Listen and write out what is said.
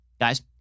Guys